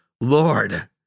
Lord